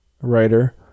writer